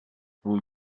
wool